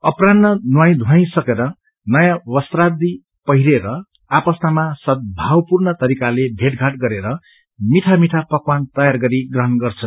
अपरान्ह नुहाईधुहाई सकेर नयाँ वस्त्रादि पहिरिएर एक आपस्तमा सदभावपूर्ण तरिकाले भेटघाट गरेर मीठा मीठा पकवान तयार गरी ग्रहण गछ